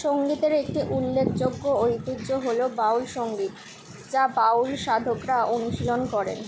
সঙ্গীতের একটি উল্লেখযোগ্য ঐতিহ্য হলো বাউল সঙ্গীত যা বাউল সাধকরা অনুশীলন করেন